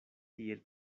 tiel